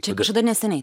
čia kažkada neseniai